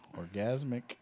Orgasmic